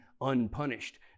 unpunished